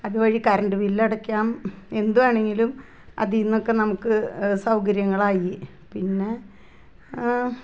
അത് വഴി കറണ്ട് ബില്ലടയ്ക്കാം എന്ത് വേണമെങ്കിലും അതിനൊക്കെ നമുക്ക് സൗകര്യങ്ങളായി പിന്നെ